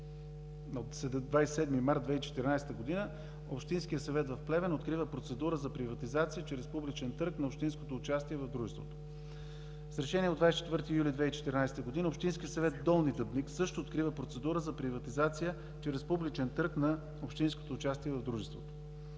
от 27 март 2014 г. Общинският съвет в Плевен открива процедура за приватизация чрез публичен търг на общинското участие в дружеството. С Решение от 24 юли 2014 г. общинският съвет в Долни Дъбник също открива процедура за приватизация чрез публичен търг на общинското участие в Дружеството.